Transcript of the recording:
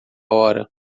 hora